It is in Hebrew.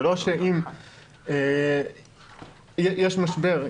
יש משבר,